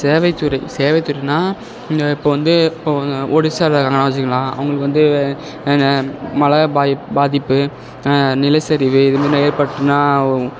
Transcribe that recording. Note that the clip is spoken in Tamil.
சேவை துறை சேவை துறைன்னா இங்கே இப்போ வந்து இப்போ ஒடிசாவில இருக்காங்கன்னு வச்சிக்கங்களன் அவங்களுக்கு வந்து அங்கே மழை பாதி பாதிப்பு நிலச்சரிவு இந்த மாதிரி ஏற்பட்டுனா